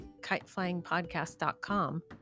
kiteflyingpodcast.com